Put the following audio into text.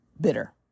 bitter